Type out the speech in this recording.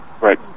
Right